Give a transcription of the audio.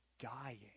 dying